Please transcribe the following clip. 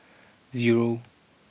zero